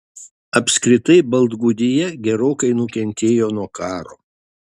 apskritai baltgudija gerokai nukentėjo nuo karo